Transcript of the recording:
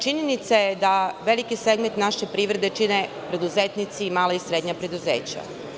Činjenica je da veliki segment naše privrede čine preduzetnici i mala i srednja preduzeća.